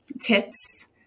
tips